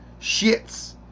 shits